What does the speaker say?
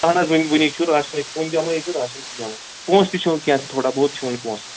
اہن حظ ؤنِو ؤنِو چھُ راشَن چھُ وۅنۍ جمَے ییٚتہِ راشَن چھُ جمع پونٛسہٕ تہِ چھُو کینٛہہ تھوڑا بہت چھُ وۄنۍ پونٛسہٕ